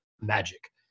magic